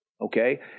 Okay